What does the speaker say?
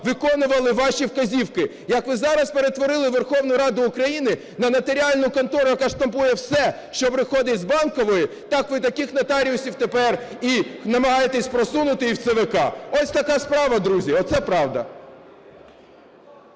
виконували ваші вказівки. Як ви зараз перетворили Верховну Раду України на нотаріальну контору, яка штампує все, що приходить з Банкової, так ви таких нотаріусів тепер намагаєтесь просунути і в ЦВК. Ось така справа, друзі. Оце правда.